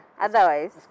otherwise